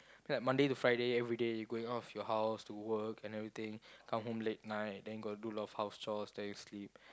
like Monday to Friday every day you going off your house to work and everything come home late night then got do a lot of house chores then you sleep